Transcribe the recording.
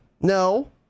No